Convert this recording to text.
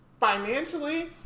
financially